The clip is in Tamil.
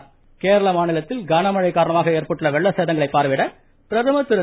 கேரள மழை கேரள மாநிலத்தில் கனமழை காரணமாக ஏற்பட்டுள்ள வெள்ள சேதங்களை பார்வையிட பிரதமர் திரு